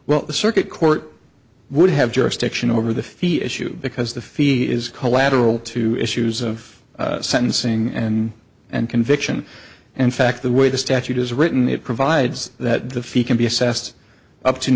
well the circuit court would have jurisdiction over the fee issue because the fee is called lateral to issues of sentencing and and conviction and fact the way the statute is written it provides that the fee can be assessed up to